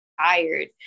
tired